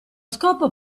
scopo